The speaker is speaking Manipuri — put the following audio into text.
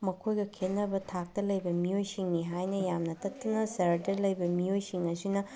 ꯃꯈꯣꯏꯒ ꯈꯦꯠꯅꯕ ꯊꯥꯛꯇ ꯂꯩꯕ ꯃꯤꯑꯣꯏꯁꯤꯡꯅꯤ ꯍꯥꯏꯅ ꯌꯥꯝꯅ ꯇꯠꯇꯅ ꯁꯍꯔꯗ ꯂꯩꯕ ꯃꯤꯑꯣꯏꯁꯤꯡ ꯑꯁꯤꯅ